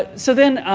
so then,